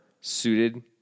suited